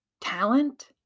talent